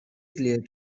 clear